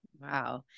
Wow